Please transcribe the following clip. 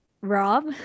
Rob